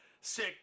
sick